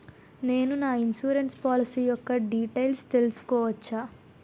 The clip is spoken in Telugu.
నేను నా ఇన్సురెన్స్ పోలసీ యెక్క డీటైల్స్ తెల్సుకోవచ్చా?